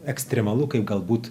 ekstremalu kaip galbūt